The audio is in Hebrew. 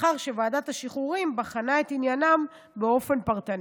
לאחר שוועדת השחרורים בחנה את עניינם באופן פרטני.